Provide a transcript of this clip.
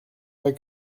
pas